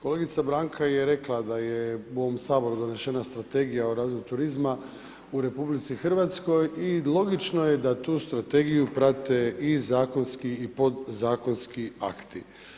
Kolegica Branka je rekla da je u ovom Saboru donešena strategija o razvoju turizma u RH i logično je da tu strategiju prate i zakonski i podzakonski akti.